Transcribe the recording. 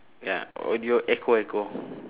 ya or it will echo echo